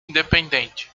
independente